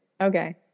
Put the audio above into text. okay